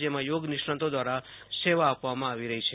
જેમાં યોગ નિષ્ણાતો દ્વારા સેવા આપવામાં આવી રહી છે